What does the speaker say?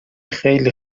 خیلی